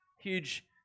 Huge